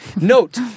Note